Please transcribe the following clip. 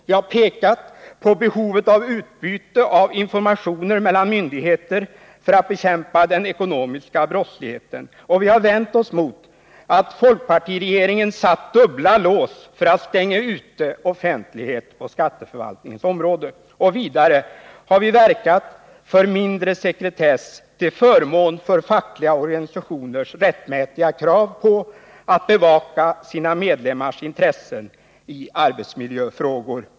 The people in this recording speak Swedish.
Vi har pekat på behovet av utbyte av informationer mellan myndigheter för att bekämpa den ekonomiska brottsligheten och vänt oss mot att folkpartiregeringen satt dubbla lås för att stänga ute offentlighet på skatteförvaltningens område. Vidare har vi verkat för mindre sekretess till förmån för fackliga organisa arbetsmiljöfrågor.